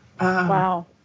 Wow